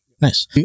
Nice